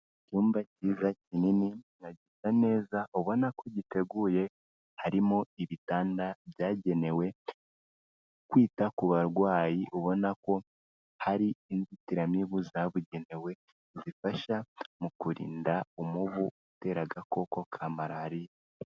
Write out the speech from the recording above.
Icyumba kiza kinini uragenda neza, ubona ko giteguye harimo ibitanda byagenewe kwita ku barwayi. Ubona ko hari inzitiramibu zabugenewe zifasha mu kurinda umubu utera agakoko ka Malariya.